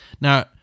Now